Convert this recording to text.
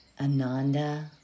Ananda